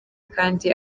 kandi